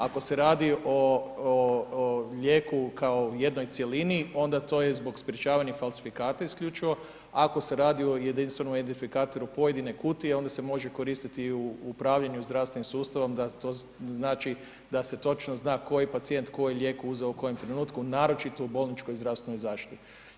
Ako se radi o lijeku kao jednoj cjelini, onda to je zbog sprječavanih falsifikata isključivo, ako se radi o jedinstvenom identifikatoru pojedine kutije, onda se može koristiti i u upravljanju zdravstvenim sustavom da to znači da se točno zna koji pacijent je koji lijek uzeo u kojem trenutku, naročito u bolničkoj zdravstvenoj zaštiti.